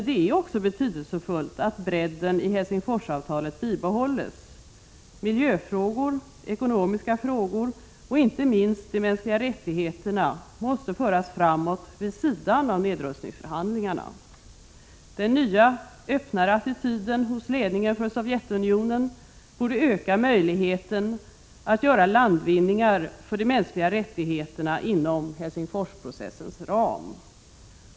Det är också betydelsefullt att bredden i Helsingforsavtalet bibehålls. Miljöfrågor, ekonomiska frågor och inte minst frågan om de mänskliga rättigheterna måste föras framåt vid sidan av nedrustningsförhandlingarna. Den nya, öppnare attityden hos ledningen för Sovjetunionen borde öka möjligheterna att göra landvinningar för de mänskliga rättigheterna inom Helsingforsprocessens ram.